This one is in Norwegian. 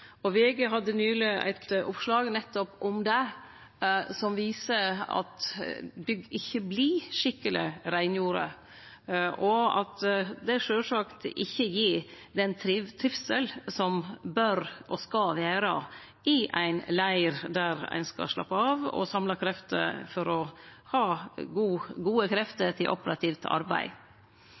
VG hadde nyleg eit oppslag om nettopp det, som viser at bygg ikkje vert skikkeleg reingjorde, og at det sjølvsagt ikkje gir den trivselen som bør – og skal – vere i ein leir der ein skal slappe av og samle krefter for å ha gode krefter til operativt arbeid.